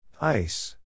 Ice